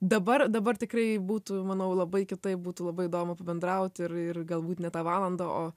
dabar dabar tikrai būtų manau labai kitaip būtų labai įdomu pabendraut ir ir galbūt ne tą valandą o